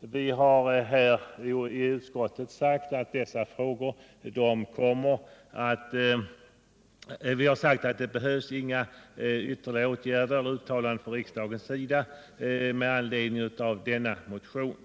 kapital i jordbruksfastigheter. Utskottet har också sagt att det inte behövs ytterligare åtgärder eller uttalanden från riksdagens sida med anledning av denna motion.